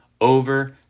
over